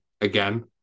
again